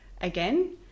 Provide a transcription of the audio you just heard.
again